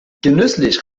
genüsslich